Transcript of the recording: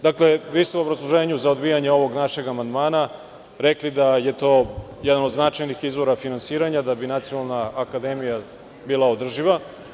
Dakle, vi ste u obrazloženju za odbijanje ovog našeg amandmana rekli da je to jedan od značajnih izvora finansiranja da bi Nacionalna akademija bila održiva.